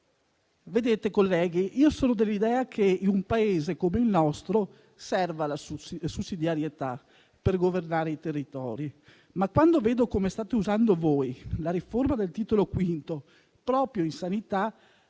Colleghi, io sono dell'idea che in un Paese come il nostro serva la sussidiarietà per governare i territori. Ma, quando vedo il modo in cui voi state usando la riforma del Titolo V proprio in sanità,